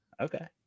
Okay